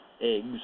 eggs